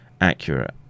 accurate